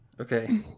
Okay